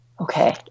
Okay